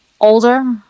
older